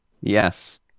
Yes